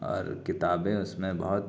اور کتابیں اس میں بہت